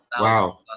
wow